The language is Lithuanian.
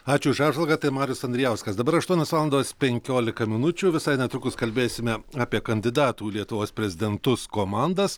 ačiū už apžvalgą tai marius andrijauskas dabar aštuonios valandos penkiolika minučių visai netrukus kalbėsime apie kandidatų į lietuvos prezidentus komandas